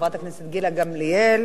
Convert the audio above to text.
חברת הכנסת גילה גמליאל,